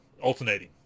alternating